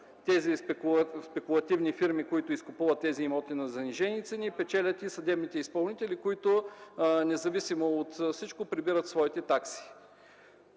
тези спекулативни фирми, които изкупуват тези имоти на занижени цени, печелят и съдебните изпълнители, които независимо от всичко прибират своите такси.